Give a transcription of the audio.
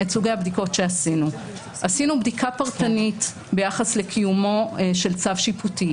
את סוגי הבדיקות שעשינו: עשינו בדיקה פרטנית ביחס לקיומו של צו שיפוטי.